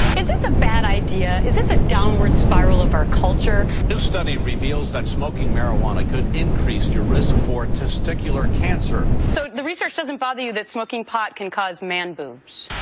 is this a bad idea? is this a downward spiral of our culture? a new study reveals that smoking marijuana could increase your risk for testicular cancer. so the research doesn't bother you that smoking pot can cause man boobs?